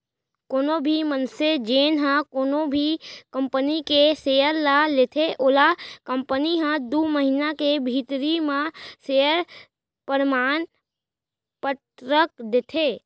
कोनो भी मनसे जेन ह कोनो भी कंपनी के सेयर ल लेथे ओला कंपनी ह दू महिना के भीतरी म सेयर परमान पतरक देथे